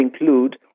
include